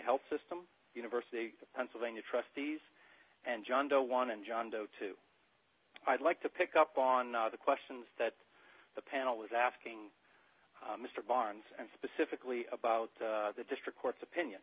health system university of pennsylvania trustees and john doe one and john doe two i'd like to pick up on the questions that the panel was asking mr barnes and specifically about the district court's opinion